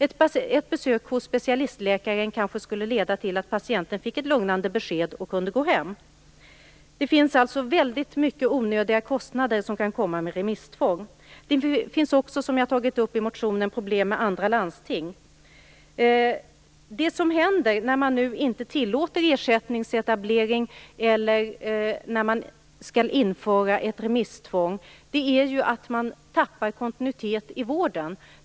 Ett besök hos specialistläkare skulle kanske leda till att patienten fick ett lugnande besked och kunde gå hem. Det kan alltså uppstå väldigt mycket onödiga kostnader genom ett remisstvång. Som jag har tagit upp i interpellationen, finns det också problem med andra landsting. Det som händer när man inte tillåter ersättningsetablering eller när man skall införa ett remisstvång är att man tappar kontinuitet i vården.